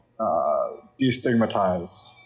destigmatize